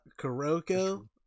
Kuroko